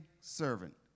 servant